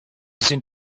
sind